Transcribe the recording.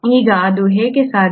ಈಗ ಅದು ಹೇಗೆ ಸಾಧ್ಯ